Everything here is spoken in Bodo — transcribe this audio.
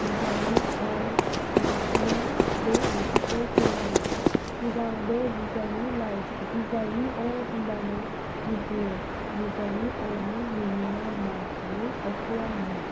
जुजाइनि अर लाइसिया बे ओंथिखौ फोरमायो सिगां बे जुजाइनि लाइसि जुजाइनि अर होनब्लानो बुजियो जुजाइनि अरनि मिनिंआ मा माने अर्थ'वा मा